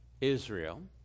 Israel